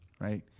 right